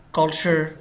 culture